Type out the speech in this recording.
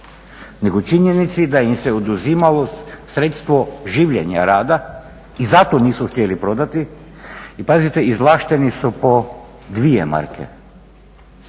nego činjenici da im se oduzimalo sredstvo rada i zato nisu htjeli prodati i pazite izvlašteni su po dvije marke,